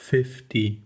Fifty